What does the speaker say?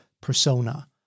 persona